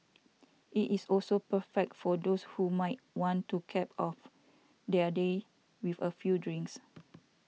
it is also perfect for those who might want to cap off their day with a few drinks